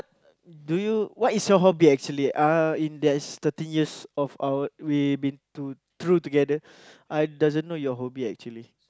do you what is your hobby actually uh in that thirteen years of our we've been to through together I doesn't know your hobby actually